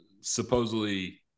supposedly